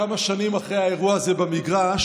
כמה שנים אחרי האירוע הזה במגרש,